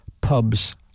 pubs